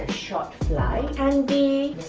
short flight and the